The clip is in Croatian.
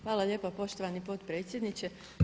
Hvala lijepa poštovani potpredsjedniče.